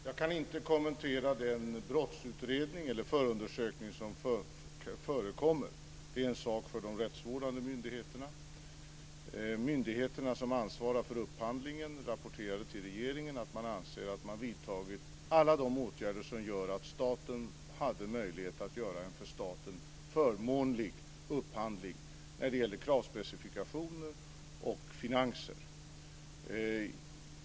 Fru talman! Jag kan inte kommentera den förundersökning som pågår. Det är en sak för de rättsvårdande myndigheterna. Myndigheterna som ansvarar för upphandlingen rapporterade till regeringen att man anser att man vidtagit alla de åtgärder som gör att staten hade möjlighet att göra en för staten förmånlig upphandling när det gällde kravspecifikation och finanser.